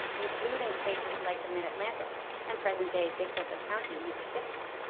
including spaces like the mid-atlantic and present-day desoto county in mississippi,